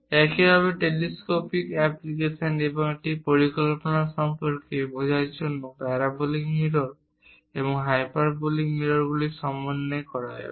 একইভাবে telescopic application এবং একটি পরিকল্পনা সম্পর্কে বোঝার জন্য প্যারাবোলিক মিরর এবং হাইপারবোলিক মিররগুলির সমন্বয় ব্যবহার করা হবে